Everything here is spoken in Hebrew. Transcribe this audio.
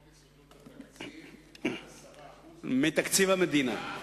יסודות התקציב עד 10% מחוק-יסוד: משק המדינה,